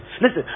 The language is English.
Listen